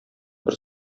бер